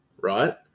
right